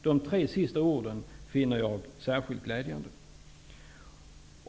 De tre sista orden finner jag särskilt glädjande.